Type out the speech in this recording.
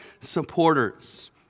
supporters